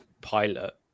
pilot